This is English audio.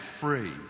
free